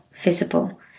visible